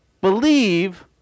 believe